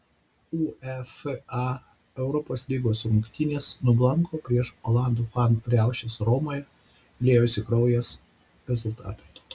uefa europos lygos rungtynės nublanko prieš olandų fanų riaušes romoje liejosi kraujas rezultatai